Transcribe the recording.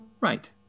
Right